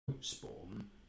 spawn